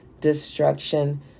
destruction